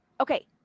Okay